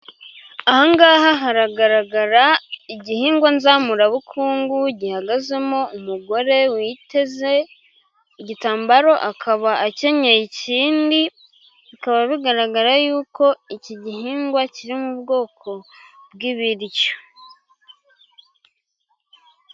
Ahangaha haragaragara igihingwa nzamurabukungu gihagazemo umugore witeze igitambaro akaba akenyeye ikindi, bikaba bigaragara yuko iki gihingwa kiri mu bwoko bw'ibiryo.